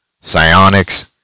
Psionics